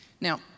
Now